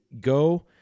go